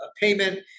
payment